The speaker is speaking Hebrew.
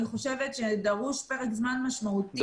אני חושבת שדרוש פרק זמן משמעותי